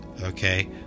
okay